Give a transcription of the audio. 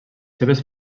seves